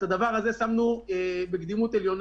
את הדבר הזה שמנו בקדימות עליונה.